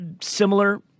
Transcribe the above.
similar